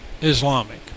Islamic